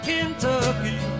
Kentucky